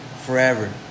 forever